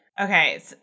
Okay